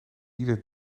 ieder